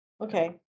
Okay